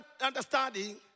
understanding